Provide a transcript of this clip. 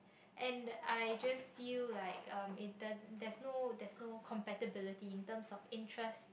and I just feel like um it doesn't there's no there's no compatibility in terms of interest